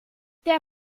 der